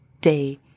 day